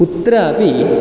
कुत्रापि